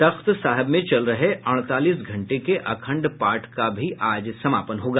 तख्त साहिब में चल रहे अड़तालीस घंटे के अखंड पाठ का भी आज समापन होगा